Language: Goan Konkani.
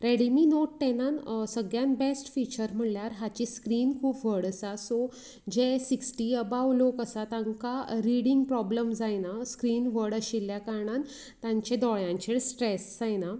रेडमी नोट टेनान सगळ्यान बेस्ट फिचर म्हळ्यार हांची स्क्रिन खूब व्हड आसा सो जे सिक्स्टी अबाव लोक आसा तांका रिडींग प्रॉब्लम जायना स्क्रिन व्हड आशिल्ल्या कारणान तांच्या दोळ्याचेर स्ट्रेस जायना